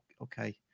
Okay